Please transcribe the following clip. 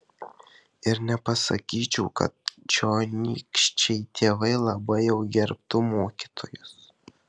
ir nepasakyčiau kad čionykščiai tėvai labai jau gerbtų mokytojus